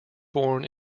born